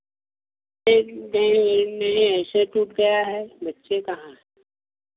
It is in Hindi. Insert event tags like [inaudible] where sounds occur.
[unintelligible] नहीं नहीं ऐसे टूट गया है बच्चे कहाँ है